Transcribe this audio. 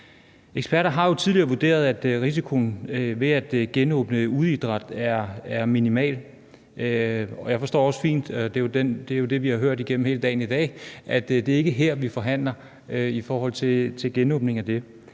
Eksperter har tidligere vurderet, at risikoen ved at genåbne udeidræt er minimal. Jeg forstår også fint, og det er jo det, vi har hørt igennem hele